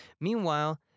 Meanwhile